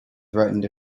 threatened